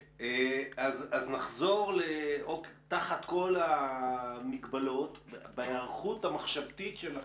נחזור תחת כל המגבלות, בהיערכות המחשבתית שלכם,